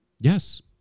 Yes